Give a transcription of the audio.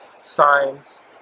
signs